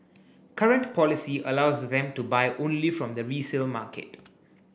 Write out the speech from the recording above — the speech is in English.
current policy allows them to buy only from the resale market